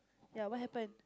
ya what happened